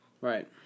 Right